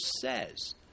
says